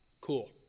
Cool